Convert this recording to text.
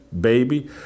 baby